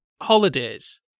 holidays